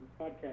podcast